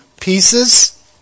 pieces